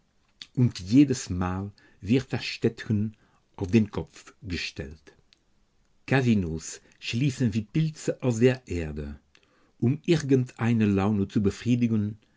und jedesmal wird das städtchen auf den kopf gestellt kasinos schießen wie pilze aus der erde um irgendeine laune zu befriedigen